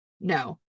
No